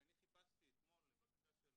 כשאני חיפשתי אתמול לבקשה של